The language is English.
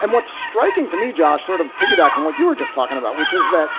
and what's striking to me, josh, sort of piggybacks and what you were just talking about, which is that